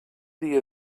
dia